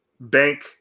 Bank